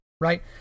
right